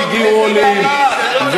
והגיעו עולים להיות מדינאי זה לא להיות,